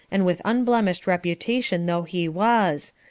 and with unblemished reputation though he was,